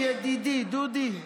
ידידי, דודי.